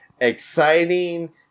exciting